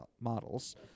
models